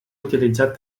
utilitzat